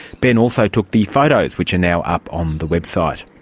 ben also took the photos which are now up on the website.